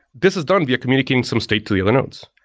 this is done via communicating some state to the other nodes.